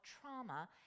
trauma